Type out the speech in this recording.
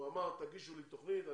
הוא אמר שיגישו לו תוכנית,